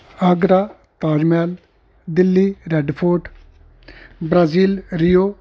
Agra Taj Mahal Delhi Red Fort Brazil Rio